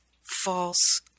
false